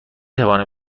توانم